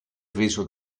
preso